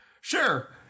Sure